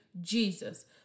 Jesus